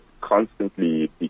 constantly